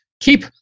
Keep